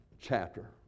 chapter